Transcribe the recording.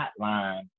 hotline